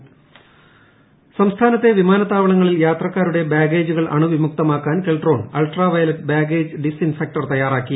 കെൽട്രോൺ സംസ്ഥാനത്തെ വിമാനത്താവളങ്ങളിൽ യാത്രക്കാരുടെ ബാഗേജുകൾ അണുവിമുക്തമാക്കാൻ Keltron ultra violet baggage disinfector തയ്യാറാക്കി